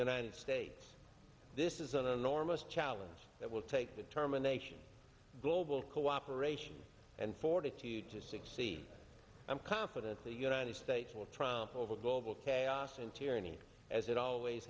united states this is an enormous challenge that will take the determination global cooperation and fortitude to succeed i'm confident the united states will triumph over global chaos and tyranny as it always